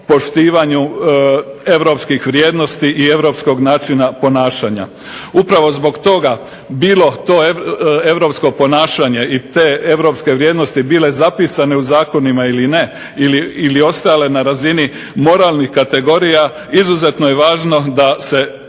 poštivanju europskih vrijednosti i europskog načina ponašanja. Upravo zbog toga, bilo to europsko ponašanje i te europske vrijednosti bile zapisane u zakonima ili ne, ili ostajale na razini moralnih kategorija, izuzetno je važno da se